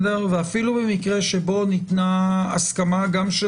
ואפילו במקרה שבו ניתנה הסכמה גם של